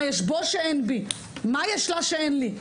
מה יש בו שאין בי מה יש לה שאין לי?